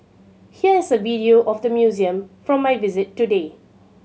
here is a video of the museum from my visit today